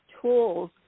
tools